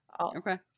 Okay